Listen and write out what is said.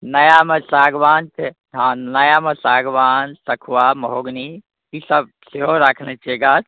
नयामे सागवान छै नयामे सागवान सखुआ महोगनी ईसब सेहो राखने छिए गाछ